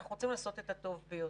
אנחנו רוצים לעשות את הטוב ביותר.